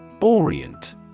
Orient